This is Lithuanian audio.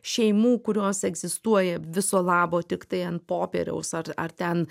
šeimų kurios egzistuoja viso labo tiktai ant popieriaus ar ar ten